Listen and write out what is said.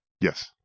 Yes